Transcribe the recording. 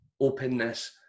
openness